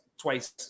twice